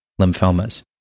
lymphomas